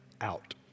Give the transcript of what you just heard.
out